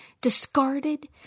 discarded